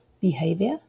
behavior